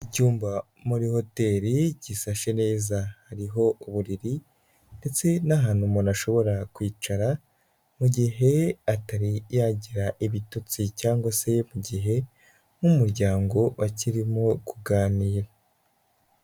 Icyumba muri hoteli gisashe neza, hariho uburiri ndetse n'ahantu umuntu ashobora kwicara mu gihe atari yagira ibitotsi cyangwa se mu gihe nk'umuryango bakirimo kuganira.